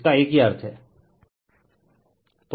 इसका एक ही अर्थ है